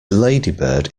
ladybird